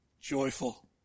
joyful